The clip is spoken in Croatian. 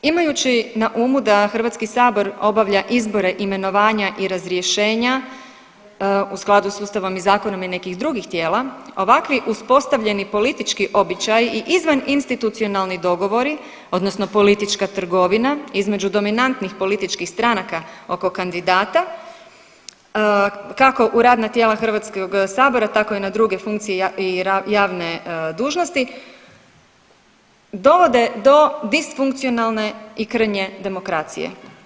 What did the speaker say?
Imajući na umu da Hrvatski sabor obavlja izbore, imenovanja i razrješenja u skladu sa Ustavom i zakonom i nekih drugih tijela ovakvi uspostavljeni politički običaji i izvan institucionalni dogovori, odnosno politika trgovina između dominantnih političkih stranaka oko kandidata kako u radna tijela Hrvatskog sabora, tako i na druge funkcije i javne dužnosti dovode do disfunkcionalne i krnje demokracije.